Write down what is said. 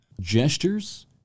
Gestures